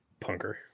Punker